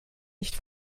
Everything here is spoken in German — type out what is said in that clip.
nicht